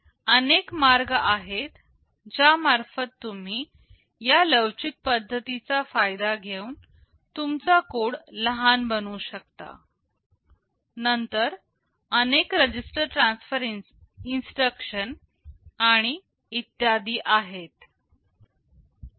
असे अनेक मार्ग आहेत ज्या मार्फत तुम्ही या लवचिक पद्धतीचा फायदा घेऊन तुमचा कोड लहान बनवू शकता नंतर अनेक रजिस्टर ट्रान्सफर इन्स्ट्रक्शन आणि इत्यादी आहेत